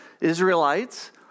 Israelites